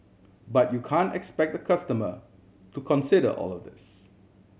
but you can expect a customer to consider all of this